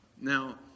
Now